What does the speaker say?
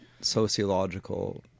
sociological